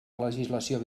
legislació